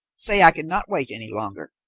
say i could not wait any longer.